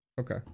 Okay